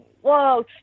whoa